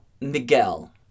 Miguel